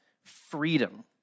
freedom